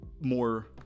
more